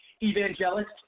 Evangelist